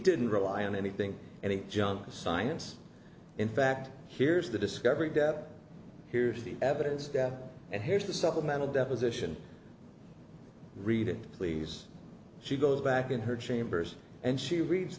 didn't rely on anything any junk science in fact here's the discovery that here's the evidence and here's the supplemental deposition read it please she goes back in her chambers and she reads